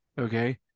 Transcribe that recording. okay